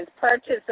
purchase